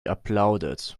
applauded